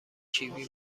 کیوی